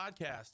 Podcast